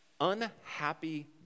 Unhappy